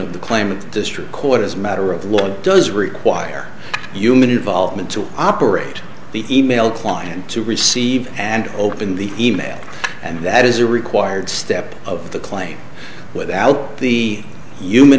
of the claim of district court as a matter of law does require human involvement to operate the email client to receive and open the email and that is a required step of the claim without the human